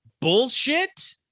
bullshit